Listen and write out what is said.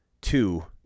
two